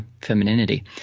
femininity